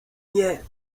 nie